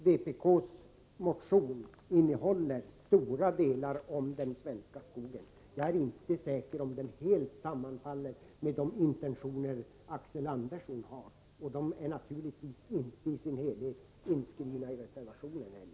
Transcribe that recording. Vpk:s motion innehåller stora avsnitt om den svenska skogen. Jag är dock inte säker på om våra åsikter helt sammanfaller med de intentioner som Axel Andersson har, vilka naturligtvis inte i sin helhet är inskrivna i reservationen.